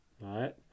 Right